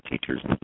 teachers